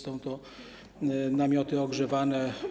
Są to namioty ogrzewane.